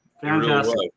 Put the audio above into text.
Fantastic